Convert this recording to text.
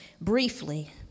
Briefly